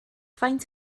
faint